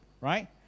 right